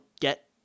get